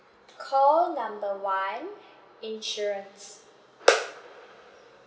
call number one insurance